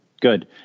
good